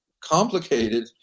complicated